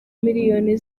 miliyoni